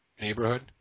neighborhood